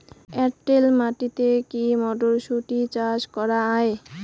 এটেল মাটিতে কী মটরশুটি চাষ করা য়ায়?